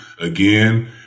again